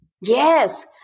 Yes